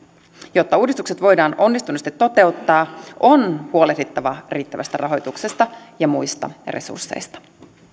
jotta uudistukset voidaan onnistuneesti toteuttaa on huolehdittava riittävästä rahoituksesta ja muista resursseista